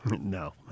No